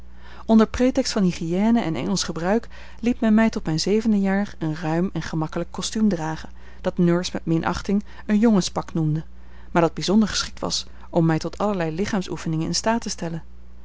onder pretext van hygiëne en engelsch gebruik liet men mij tot mijn zevende jaar een ruim en gemakkelijk kostuum dragen dat nurse met minachting een jongenspak noemde maar dat bijzonder geschikt was om mij tot allerlei lichaamsoefeningen in staat te stellen